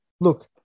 Look